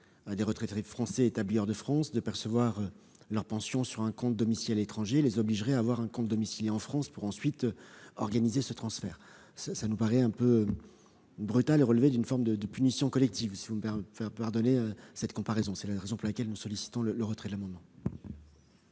des retraités français établis hors de France de percevoir leurs pensions sur un compte domicilié à l'étranger et les obligerait à détenir un compte domicilié en France pour ensuite organiser le transfert des fonds. Cette mesure constitue une forme de punition collective, si vous me permettez cette comparaison. C'est la raison pour laquelle nous vous demandons de retirer votre amendement,